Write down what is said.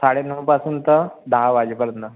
साडे नऊपासून तर दहा वाजेपर्यंत